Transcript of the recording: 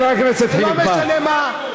לא משנה מה.